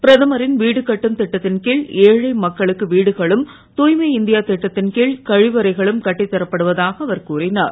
பிரதமரின் வீடு கட்டும் திட்டத்தின் கீழ் ஏழை மக்களுக்கு வீடுகளும் தாய்மை இந்தியா திட்டத்தின்கீழ் கழிவறைகளும் கட்டித்தரப் படுவதாக அவர் கூறினார்